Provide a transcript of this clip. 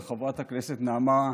וחברת הכנסת נעמה לזימי.